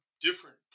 different